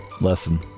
lesson